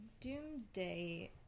doomsday